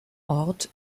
ort